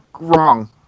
wrong